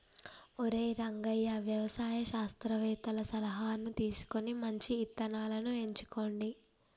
ఒరై రంగయ్య వ్యవసాయ శాస్త్రవేతల సలహాను తీసుకొని మంచి ఇత్తనాలను ఎంచుకోండి